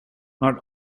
not